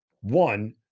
one